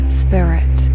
spirit